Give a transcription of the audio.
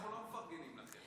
האמת שאנחנו לא מפרגנים לכם.